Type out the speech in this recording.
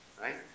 Right